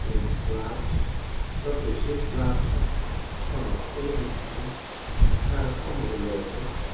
in plaats dat de zitplaatsen van t eene eind naar t andere loopen